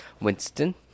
Winston